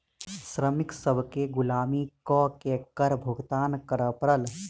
श्रमिक सभ केँ गुलामी कअ के कर भुगतान करअ पड़ल